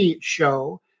show